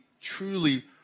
truly